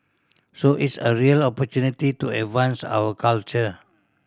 so it's a real opportunity to advance our culture